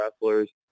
wrestlers